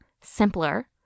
simpler